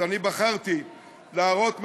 אז אני בחרתי להראות פה,